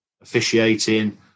officiating